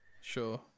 Sure